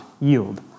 yield